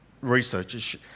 researchers